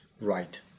right